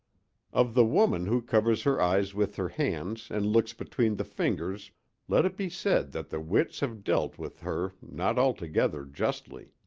of the woman who covers her eyes with her hands and looks between the fingers let it be said that the wits have dealt with her not altogether justly.